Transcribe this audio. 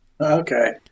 Okay